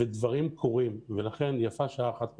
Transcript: דברים קורים, לכן יפה שעה אחת קודם.